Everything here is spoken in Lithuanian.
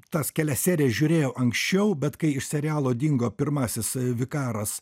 tas kelias serijas žiūrėjau anksčiau bet kai iš serialo dingo pirmasis vikaras